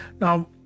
Now